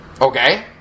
Okay